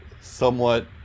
somewhat